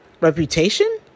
Reputation